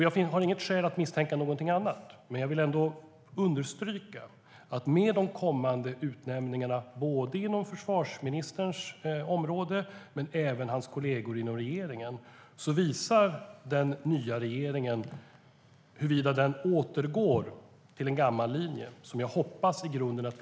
Jag har inget skäl att misstänka någonting annat, men jag vill ändå understryka att den nya regeringen med de kommande utnämningarna - både inom försvarsministerns område och inom hans regeringskollegors områden - visar huruvida den återgår till en gammal linje, det vill säga politiska utnämningar.